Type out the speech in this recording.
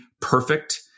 Perfect